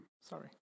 sorry